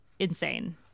insane